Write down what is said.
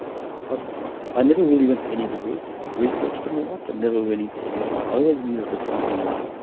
i i never really went to any of the groups researched them a lot but never went into any of them i always knew that there was something wrong.